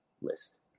list